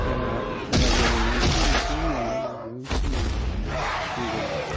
खेला खेला गेलेनानैनोथ' बेखो बुंलांबाय बे खिनि जों गेलेनाय